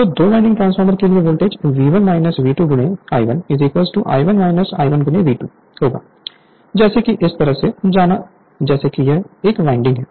तो दो winding transformer के लिए volt V1 V2 I1 I2 I1 V2 होगा जैसे कि इस तरह से जाना जैसे कि यह एक वाइंडिंग है